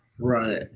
right